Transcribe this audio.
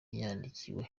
yandikiwe